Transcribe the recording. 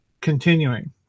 Continuing